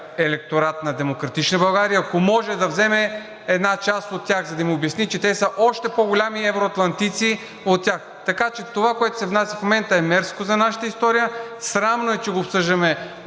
електорат на „Демократична България“ и ако може да вземе една част от тях, за да им обясни, че те са още по-големи евроатлантици от тях. Така че това, което се внася в момента, е мерзко за нашата история, срамно е, че го обсъждаме